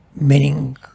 meaning